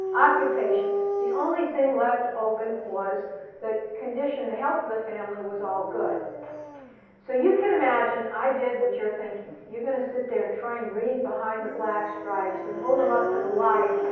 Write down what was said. occupation the only thing left open was the condition, the health of the family was all good so you can imagine, i did what you're thinking you're going to sit there and try and read behind the black stripes and hold them up to the light,